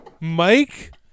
Mike